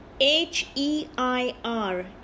h-e-i-r